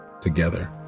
together